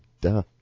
Duh